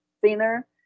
thinner